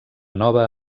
nova